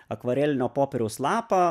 akvarelinio popieriaus lapą